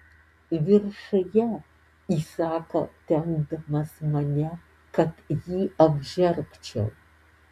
viršuje įsako tempdamas mane kad jį apžergčiau